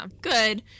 good